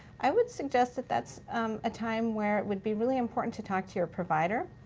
i would suggest that that's a time where it would be really important to talk to your provider.